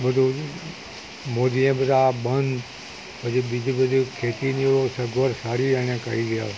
બધુ મોદીએ બધાં આ બંધ પછી બીજી બધી ખેતીની ઓ સગવડ સારી એણે કરી